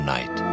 Night